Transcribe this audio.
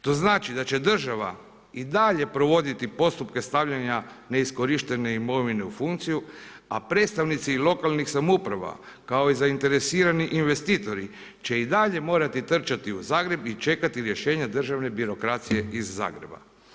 To znači da će država i dalje provoditi postupke stavljanja neiskorištene imovine u funkciju, a predstavnici lokalnih samouprava kao i zainteresirani investitori će i dalje morati trčati u Zagreb i čekati rješenja državne birokracije iz Zagreba.